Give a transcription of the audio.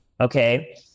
Okay